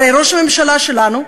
הרי ראש הממשלה שלנו,